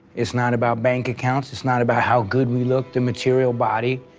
it's not about bank accounts. it's not about how good we look, the material body,